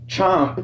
Chomp